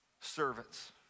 servants